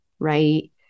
right